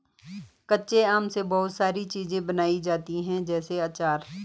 कच्चे आम से बहुत सारी चीज़ें बनाई जाती है जैसे आचार